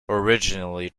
originally